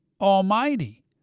almighty